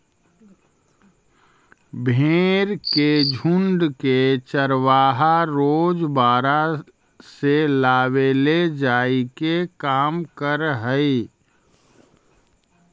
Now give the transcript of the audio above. भेंड़ के झुण्ड के चरवाहा रोज बाड़ा से लावेले जाए के काम करऽ हइ